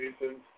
reasons